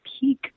peak